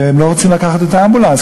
והם לא רוצים לקחת את האמבולנס,